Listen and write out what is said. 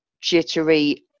jittery